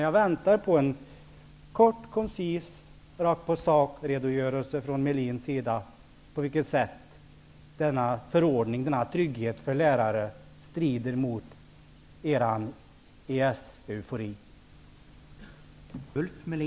Jag väntar på en kort och koncis redogörelse -- rakt på sak -- om på vilket sätt denna förordning, denna trygghet för lärare, strider mot er EES-eufori.